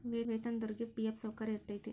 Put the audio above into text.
ವೇತನದೊರಿಗಿ ಫಿ.ಎಫ್ ಸೌಕರ್ಯ ಇರತೈತಿ